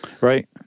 Right